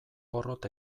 porrot